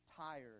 tired